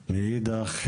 ומאידך,